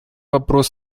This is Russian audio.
вопрос